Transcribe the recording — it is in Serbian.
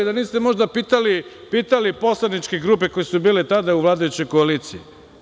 Da možda niste pitali poslaničke grupe koje su bile tada u vladajućoj koaliciji?